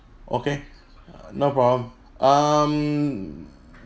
okay uh no problem um